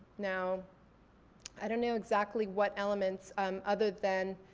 now i don't know exactly what elements um other than